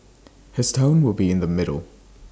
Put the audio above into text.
his tone will be in the middle